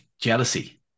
jealousy